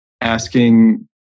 asking